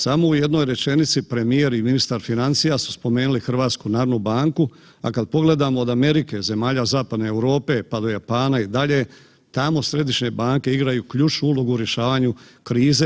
Samo u jednoj rečenici premijer i ministar financija su spomenuli HNB, a kad pogledamo, od Amerike, zemalja zapadne Europe, pa do Japana i dalje, tamo središnje banke igraju ključnu ulogu u rješavanju krize.